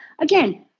again